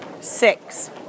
six